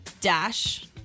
Dash